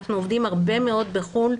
אנחנו עובדים הרבה מאוד בחו"ל,